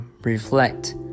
reflect